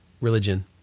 religion